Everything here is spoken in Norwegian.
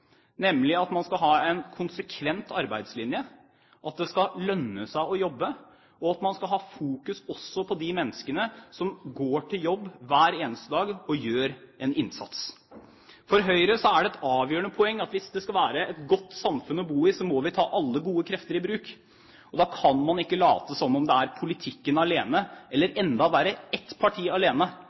nemlig dette at man skal ha en konsekvent arbeidslinje, at det skal lønne seg å jobbe, og at man også skal fokusere på de menneskene som går til jobb hver eneste dag og gjør en innsats. For Høyre er det et avgjørende poeng at hvis dette skal være et godt samfunn å bo i, må vi ta alle gode krefter i bruk. Da kan man ikke late som om det er politikken alene eller, enda verre, ett parti alene